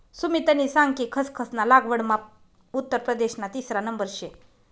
सुमितनी सांग कि खसखस ना लागवडमा उत्तर प्रदेशना तिसरा नंबर शे